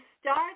start